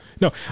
No